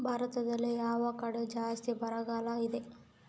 ಭಾರತದಲ್ಲಿ ಯಾವ ಕಡೆ ಜಾಸ್ತಿ ಬರಗಾಲ ಇದೆ?